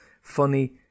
funny